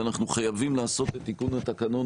ואנחנו חייבים לעשות את תיקון התקנון